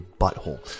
butthole